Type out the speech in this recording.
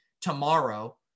tomorrow